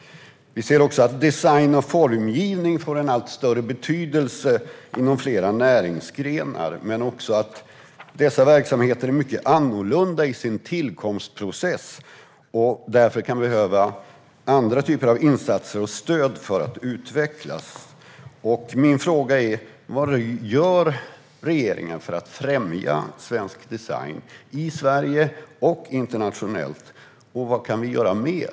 Vi ser också att design och formgivning får allt större betydelse inom flera näringsgrenar men även att dessa verksamheter är mycket annorlunda när det gäller tillkomstprocess och därför kan behöva andra typer av insatser och stöd för att utvecklas. Min fråga är: Vad gör regeringen för att främja svensk design i Sverige och internationellt, och vad kan vi göra mer?